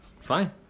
Fine